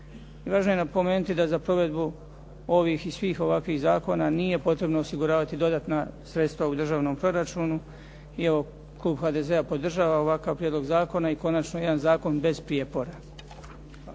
Važno je napomenuti da za provedbu ovih i svih ovakvih zakona nije potrebno osiguravati dodatna sredstva u državnom proračunu. Klub HDZ-a podržava ovaj prijedlog zakona. I konačno jedan zakon bez prijepora.